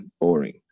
boring